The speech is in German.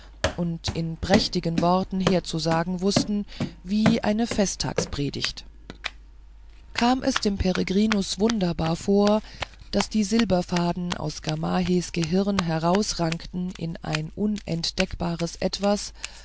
und mit prächtigen worten herzusagen wußten wie eine festtagspredigt kam es dem peregrinus wunderbar vor daß die silberfaden aus gamahehs gehirn herausrankten in ein unentdeckbares etwas